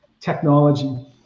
technology